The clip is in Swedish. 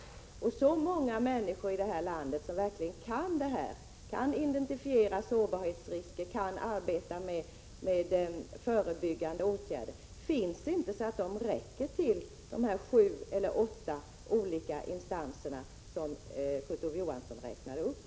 Det finns inte så många människor som verkligen kan detta, som kan identifiera sårbarhetsrisker och arbeta med förebyggande åtgärder, att de räcker till de sju åtta olika instanser som Kurt Ove Johansson räknade upp.